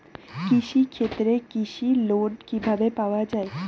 কৃষি ক্ষেত্রে কৃষি লোন কিভাবে পাওয়া য়ায়?